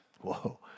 Whoa